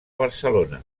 barcelona